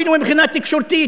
אפילו מבחינה תקשורתית,